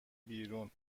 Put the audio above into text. بیرون